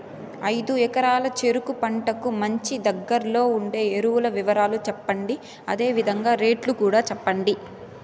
ఐదు ఎకరాల చెరుకు పంటకు మంచి, దగ్గర్లో ఉండే ఎరువుల వివరాలు చెప్పండి? అదే విధంగా రేట్లు కూడా చెప్పండి?